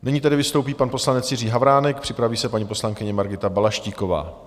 Nyní tedy vystoupí pan poslanec Jiří Havránek, připraví se paní poslankyně Margita Balaštíková.